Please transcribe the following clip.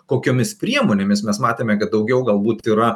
kokiomis priemonėmis mes matėme kad daugiau galbūt yra